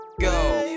go